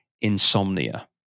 insomnia